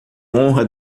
honra